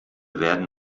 werden